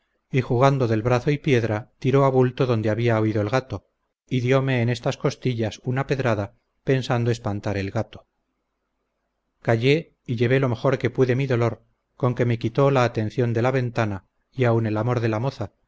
y jugando del brazo y piedra tiró a bulto donde había oído el gato y diome en estas costillas una pedrada pensando espantar el gato callé y llevé lo mejor que pude mi dolor con que me quitó la atención de la ventana y aun el amor de la moza